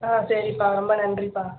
ஆ சரிப்பா ரொம்ப நன்றிப்பா